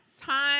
Time